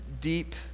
deep